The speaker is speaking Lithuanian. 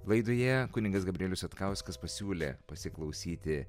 laidoje kunigas gabrielius satkauskas pasiūlė pasiklausyti